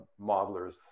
modelers